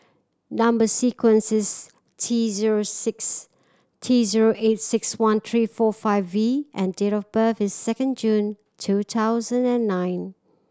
number sequence is T six T eight six one three four five V and date of birth is second June two thousand and nine